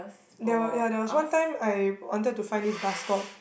there were ya there was one time I wanted to find this bus stop